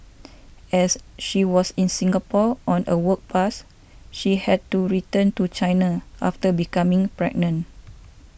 as she was in Singapore on a work pass she had to return to China after becoming pregnant